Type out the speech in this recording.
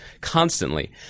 constantly